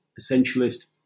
essentialist